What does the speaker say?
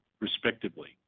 respectively